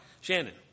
Shannon